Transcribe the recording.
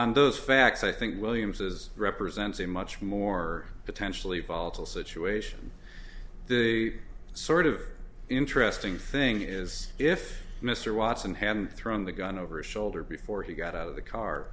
on those facts i think williams is represents a much more potentially volatile situation a sort of interesting thing is if mr watson had thrown the gun over his shoulder before he got out of the car